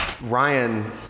Ryan